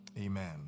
Amen